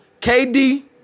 KD